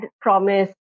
promise